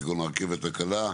כגון הרכבת הקלה,